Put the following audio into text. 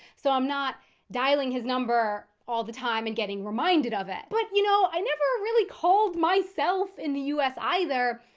so i'm not dialing his number all the time and getting reminded of it. but, you know, i never really called myself in the u s. either.